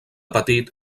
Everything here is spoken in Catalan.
petit